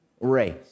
race